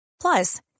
Plus